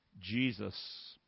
Jesus